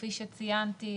וכפי שציינתי,